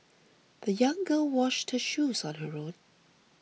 the young girl washed her shoes on her own